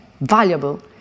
valuable